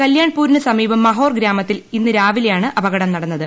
കല്യാൺപ്പൂരിന് സമീപം മഹോർ ഗ്രാമത്തിൽ ഇന്ന് രാവിലെയാണ് അപകടം നടന്നത്